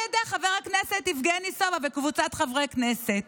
ידי חבר הכנסת יבגני סובה וקבוצת חברי כנסת.